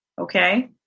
Okay